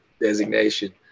designation